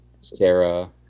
Sarah